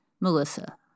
Melissa